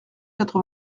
quatre